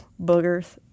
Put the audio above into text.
boogers